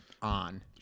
On